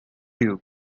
you